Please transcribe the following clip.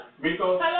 Rico